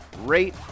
rate